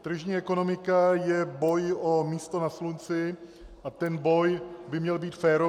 Tržní ekonomika je boj o místo na slunci a ten boj by měl být férový.